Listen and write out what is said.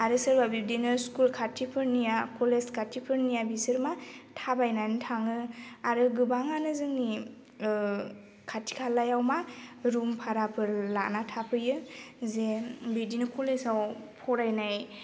आरो सोरबा बिब्दिनो स्कुल खाथिफोरनिया कलेज खाथिफोरनिया बिसोर मा थाबायनानै थाङो आरो गोबाङानो जोंनि खाथि खालायाव मा रुम भाराफोर लाना थाफैयो जे बिदिनो कलेजआव फरायनाय